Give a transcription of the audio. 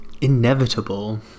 Inevitable